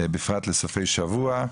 בפרט לסופי שבוע,